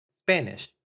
Spanish